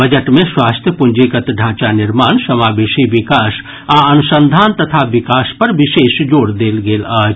budget मे स्वास्थ्य पूंजीगत ढांचा निर्माण समावेशी विकास आ अनुसंधान तथा विकास पर विशेष जोर देल गेल अछि